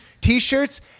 t-shirts